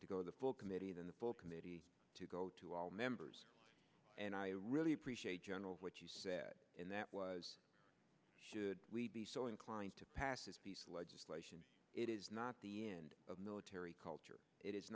to go the full committee then the full committee to go to all members and i really appreciate general what you said in that was should we be so inclined to pass this legislation it is not the end of military culture it is